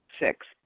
Six